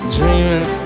Dreaming